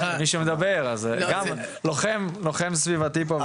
לוחם סביבתי.